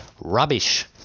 rubbish